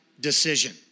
decision